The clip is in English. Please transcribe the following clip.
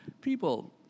People